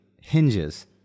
hinges